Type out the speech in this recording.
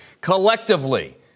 collectively